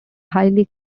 highly